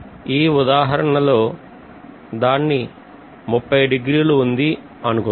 ఈ ఉదాహరణ లో దాన్ని 30 డిగ్రీ లు ఉంది అనుకుందాం